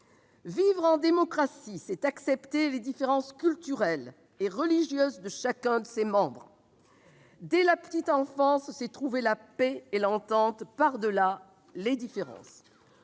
Vivre en démocratie, c'est accepter les différences culturelles et religieuses de chacun de ses membres. Dès la petite enfance, c'est trouver la paix et l'entente, par-delà les différences.